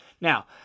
Now